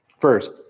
First